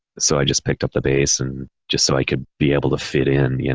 so i just picked up the bass and just so i could be able to fit in, you know,